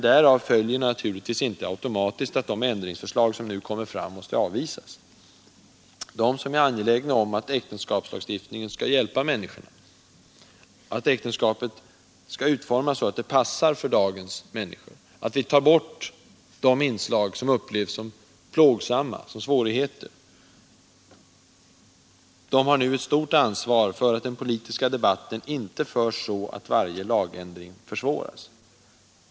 Därav följer dock inte automatiskt att de ändringsförslag som nu kommer fram måste avvisas. De som är angelägna om att äktenskapslagstiftningen skall hjälpa människorna och att äktenskapet skall utformas så att det passar för dagens människor — dvs. att vi tar bort de inslag som upplevs som plågsamma och som orsakar svårigheter — har nu ett stort ansvar för att den politiska debatten inte förs så att varje lagändring försvåras.